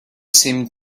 seemed